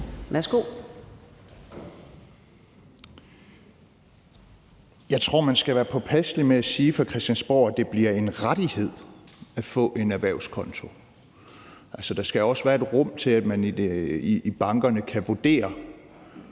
(LA): Jeg tror, man skal være påpasselig med fra Christiansborg at sige, at det bliver en rettighed at få en erhvervskonto. Der skal også være et rum til, at man i bankerne kan vurdere,